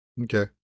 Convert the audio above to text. Okay